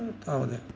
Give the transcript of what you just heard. तावदेव